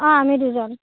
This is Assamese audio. অঁ আমি দুজন